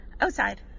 Outside